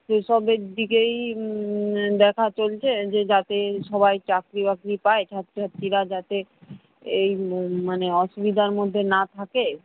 সেই সবের দিকেই দেখা চলছে যে যাতে সবাই চাকরি বাকরি পায় ছাত্রছাত্রীরা যাতে এই মানে অসুবিধার মধ্যে না থাকে